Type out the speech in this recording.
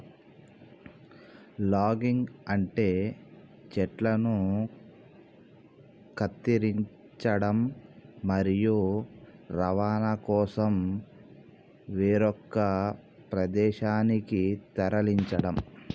logging అంటే చెట్లను కత్తిరించడం, మరియు రవాణా కోసం వేరొక ప్రదేశానికి తరలించడం